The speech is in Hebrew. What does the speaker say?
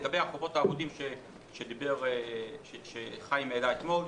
לגבי החובות האבודים שחיים העלה אתמול,